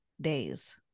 days